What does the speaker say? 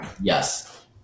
Yes